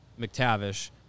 McTavish